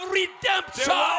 redemption